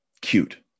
cute